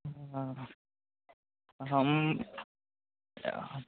हँ हम